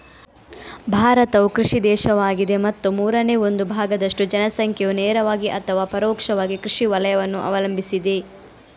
ಭಾರತವು ಕೃಷಿ ದೇಶವಾಗಿದೆ ಮತ್ತು ಮೂರನೇ ಒಂದು ಭಾಗದಷ್ಟು ಜನಸಂಖ್ಯೆಯು ನೇರವಾಗಿ ಅಥವಾ ಪರೋಕ್ಷವಾಗಿ ಕೃಷಿ ವಲಯವನ್ನು ಅವಲಂಬಿಸಿದೆ